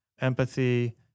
empathy